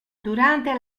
durante